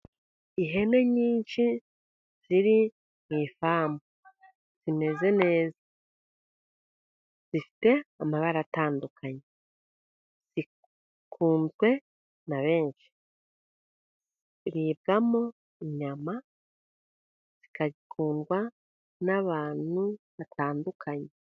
Ihene nyinshi, ziri mu ifamu zimeze neza, zifite amabara atandukanye, zikunzwe na benshi, ziribwamo inyama zigakundwa n'abantu batandukanye.